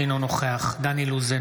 אינו נוכח דן אילוז,